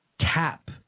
tap